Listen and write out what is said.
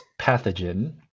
pathogen